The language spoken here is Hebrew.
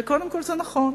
וקודם כול, זה נכון.